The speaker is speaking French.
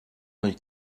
vingt